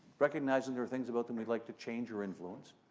recognizing there are things about them we'd like to change or influence,